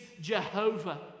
Jehovah